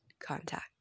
contact